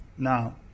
Now